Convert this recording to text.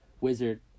Wizard